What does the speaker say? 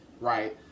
right